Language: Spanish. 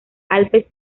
alpes